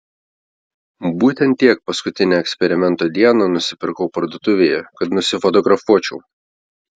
būtent tiek paskutinę eksperimento dieną nusipirkau parduotuvėje kad nusifotografuočiau